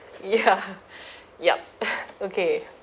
ya yup okay